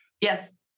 yes